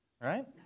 right